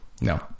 No